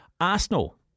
Arsenal